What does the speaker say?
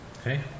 okay